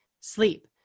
sleep